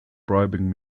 bribing